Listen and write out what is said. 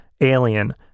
alien